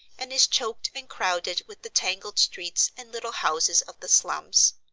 and is choked and crowded with the tangled streets and little houses of the slums.